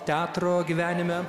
teatro gyvenime